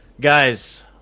Guys